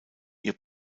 ihr